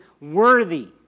worthy